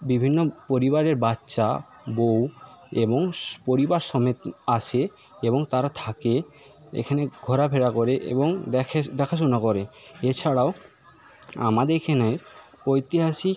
বিভিন্ন পরিবারের বাচ্চা বউ এবং পরিবার সমেত আসে এবং তারা থাকে এখানে ঘোরাফেরা করে এবং দেখে দেখাশোনা করে এছাড়াও আমাদের এখানে ঐতিহাসিক